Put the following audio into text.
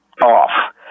Off